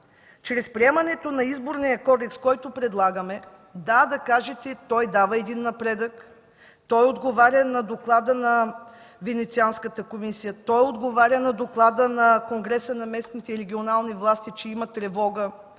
чрез приемането на Изборния кодекс, който предлагаме, да кажете – той дава напредък, отговаря на Доклада на Венецианската комисия, отговаря на Доклада на Конгреса на местните и регионални власти, че има тревога